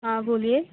हाँ बोलिए